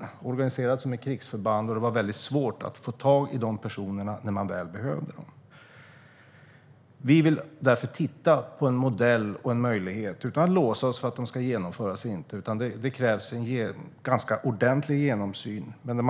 Den var organiserad som ett krigsförband, och det var svårt att få tag i personerna när de väl behövdes. Vi vill därför titta på en modell och en möjlighet - utan att låsa oss vid om den ska genomföras eller inte. Det krävs en ganska ordentlig genomsyn. Men